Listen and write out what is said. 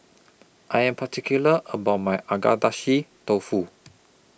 I Am particular about My Agedashi Dofu